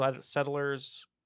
settlers